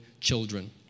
children